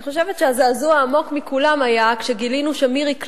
אני חושבת שהזעזוע העמוק מכולם היה כשגילינו שמירי קליין,